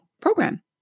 program